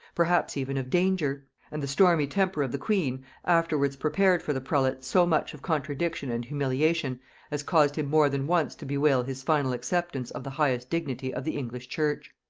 perhaps even of danger and the stormy temper of the queen afterwards prepared for the prelate so much of contradiction and humiliation as caused him more than once to bewail his final acceptance of the highest dignity of the english church.